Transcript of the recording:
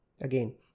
again